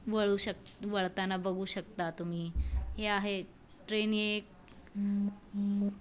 वळू शक वळताना बघू शकता तुम्ही हे आहे ट्रेन एक